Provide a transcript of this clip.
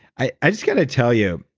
i i just got to tell you,